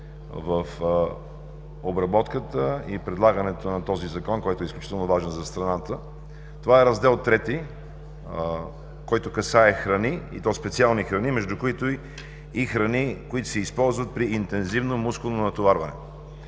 в обработката и предлагането на този Закон, който е изключително важен за страната. Това е Раздел ІІІ, който касае храни, и то специални храни, между които и храни, които се използват при интензивно мускулно натоварване.